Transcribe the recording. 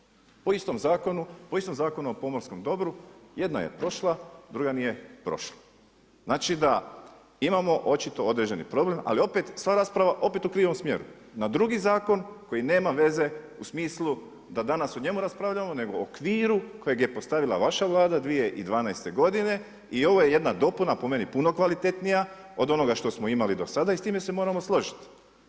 Po istom zakonu, po istom Zakonu o pomorskom dobru, jedna je prošla, druga nije prošla, znači da imamo očito određeni problemi, ali opet, sva rasprava opet u krivom smjeru, na drugi zakon koji nema veze u smislu da danas o njemu raspravljamo nego u okviru kojeg je postavila vaš Vlada 2012. godine i ovo je jedna dopuna, po meni puno kvalitetnija od onoga što smo imali do sada i s time se možemo složiti.